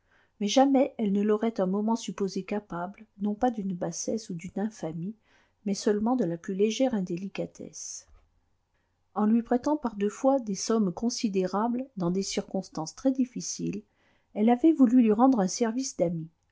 mais jamais elle ne l'aurait un moment supposé capable non pas d'une bassesse ou d'une infamie mais seulement de la plus légère indélicatesse en lui prêtant par deux fois des sommes considérables dans des circonstances très difficiles elle avait voulu lui rendre un service d'ami